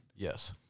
Yes